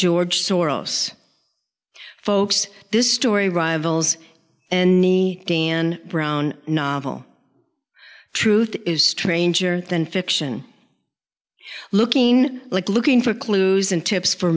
soros folks this story rivals and me dan brown novel truth is stranger than fiction looking like looking for clues in tips for